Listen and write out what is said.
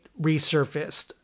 resurfaced